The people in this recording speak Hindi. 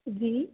जी